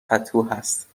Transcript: پتوهست